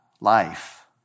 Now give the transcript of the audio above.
life